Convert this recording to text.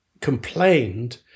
complained